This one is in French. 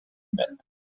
humaines